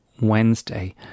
Wednesday